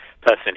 person